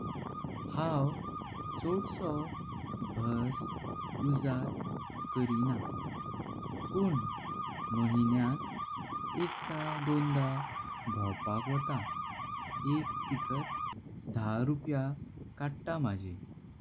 हांव चौदसों बस उजाड कारीना पण महिना एकदा दोनदा भावपाक वाटाणा। एक टिकट दस रुपये काढता माजी।